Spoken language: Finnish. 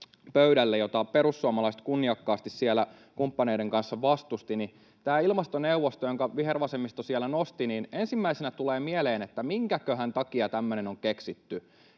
jota perussuomalaiset kunniakkaasti siellä kumppaneiden kanssa vastusti. Tästä ilmastoneuvostosta, jonka vihervasemmisto siellä nosti, tulee ensimmäisenä mieleen, minkäköhän takia tämmöinen on keksitty,